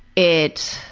it,